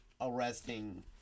arresting